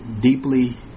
deeply